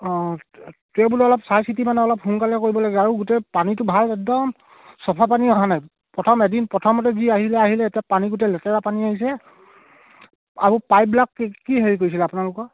অঁ তেওঁ বোলে অলপ চাই চিতি মানে অলপ সোনকালে কৰিব লাগে আৰু গোটেই পানীটো ভাল একদম চাফা পানী অহা নাই প্ৰথম এদিন প্ৰথমতে যি আহিলে আহিলে এতিয়া পানী গোটেই লেতেৰা পানী আহিছে আৰু পাইপবিলাক কি হেৰি কৰিছিলে আপোনালোকৰ